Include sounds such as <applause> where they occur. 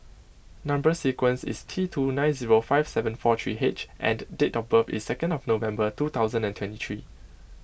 Number Sequence is T two nine five seven four three H and date of <unintelligible> is second of November <unintelligible> thousand and twenty three